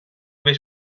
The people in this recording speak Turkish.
beş